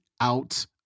out